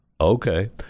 okay